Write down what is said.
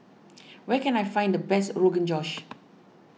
where can I find the best Rogan Josh